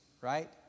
Right